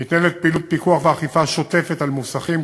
מתנהלת פעילות פיקוח ואכיפה שוטפת על מוסכים,